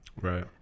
Right